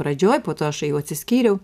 pradžioj po to aš atsiskyriau